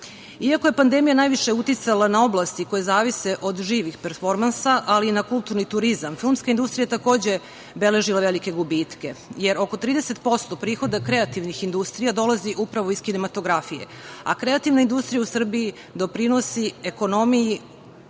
je pandemija najviše uticala na oblasti koje zavise od živih performansa, ali i na kulturni turizam, filmska industrija takođe je beležila velike gubitke, jer oko 30% prihoda kreativnih industrija dolazi upravo iz kinematografije, a kreativna industrija u Srbiji doprinosi ekonomiji